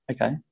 okay